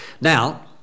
Now